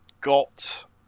got